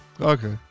okay